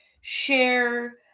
share